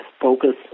Focus